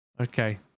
Okay